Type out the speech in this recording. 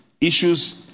issues